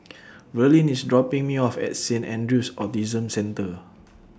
Verlene IS dropping Me off At Saint Andrew's Autism Centre